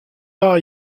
par